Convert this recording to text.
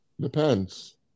Depends